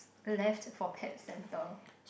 left for pet centre